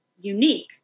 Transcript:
unique